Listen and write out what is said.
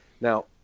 Now